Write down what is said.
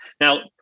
Now